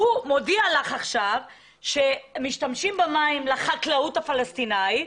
הוא מודיע לך עכשיו שמשתמשים במים לחקלאות הפלסטינאית,